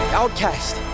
outcast